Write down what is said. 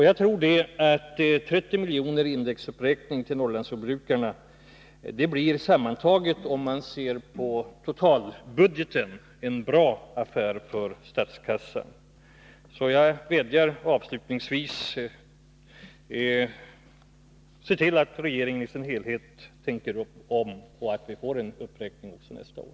Jag tror att 30 milj.kr. i indexuppräkning till Norrlandsjordbrukarna sammantaget blir, om man ser på totalbudgeten, en bra affär för statskassan. Jag vädjar avslutningsvis än en gång: Se till att regeringen i sin helhet tänker om, så att vi får en uppräkning också nästa år!